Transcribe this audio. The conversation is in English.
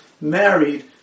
married